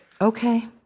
Okay